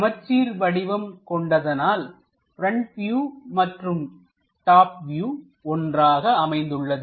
சமச்சீர் வடிவம் கொண்டதனால் பிரண்ட் வியூ மற்றும் டாப் வியூ ஒன்றாக அமைந்துள்ளது